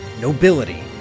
nobility